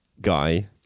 guy